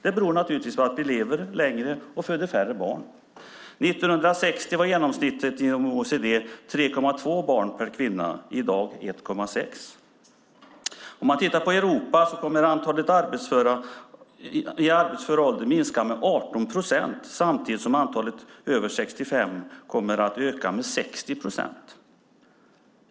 Det beror naturligtvis på att vi lever längre och föder färre barn. År 1960 var genomsnittet inom OECD 3,2 barn per kvinna och i dag är det 1,6. Om man tittar på Europa kommer antalet i arbetsför ålder att minska med 18 procent samtidigt som antalet över 65 år kommer att öka med 60 procent.